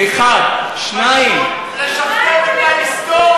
זה, 1, 2. זה פשוט לשכתב את ההיסטוריה.